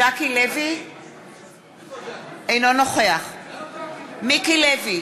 אינו נוכח מיקי לוי,